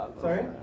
Sorry